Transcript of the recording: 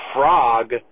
frog